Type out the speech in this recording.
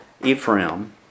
Ephraim